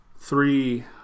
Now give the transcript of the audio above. three